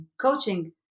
Coaching